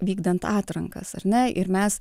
vykdant atrankas ar ne ir mes